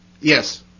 Yes